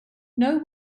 know